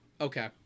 Okay